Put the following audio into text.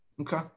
Okay